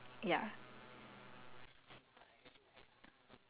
ya or like if she make something for me from the um from scratch